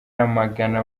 yamagana